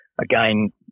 again